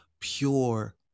pure